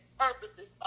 purposes